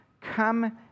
come